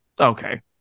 okay